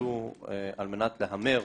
שנועדו על מנת להמר,